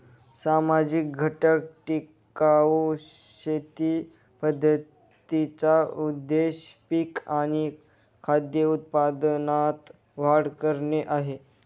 सामाजिक घटक टिकाऊ शेती पद्धतींचा उद्देश पिक आणि खाद्य उत्पादनात वाढ करणे आहे